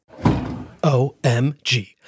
OMG